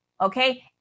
Okay